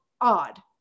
odd